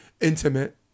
intimate